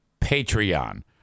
Patreon